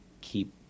keep